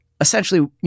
essentially